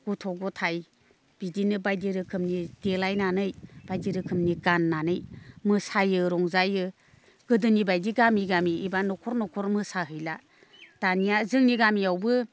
गथ' गथाइ बिदिनो बायदि रोखोमनि देलायनानै बायदि रोखोमनि गाननानै मोसायो रंजायो गोदोनि बायदि गामि गामि एबा न'खर न'खर मोसा हैला दानिया जोंनि गामियावबो